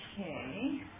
Okay